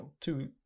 two